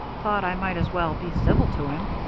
thought i might as well be civil to him.